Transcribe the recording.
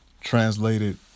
translated